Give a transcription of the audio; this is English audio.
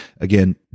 again